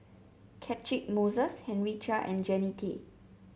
Catchick Moses Henry Chia and Jannie Tay